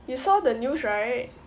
you saw the news right